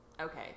Okay